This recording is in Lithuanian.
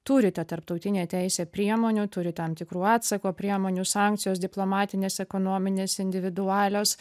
turi ta tarptautinė teisė priemonių turi tam tikrų atsako priemonių sankcijos diplomatinės ekonominės individualios